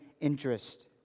interest